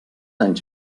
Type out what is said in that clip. anys